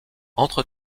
entre